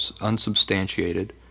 unsubstantiated